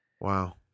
Wow